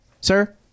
Sir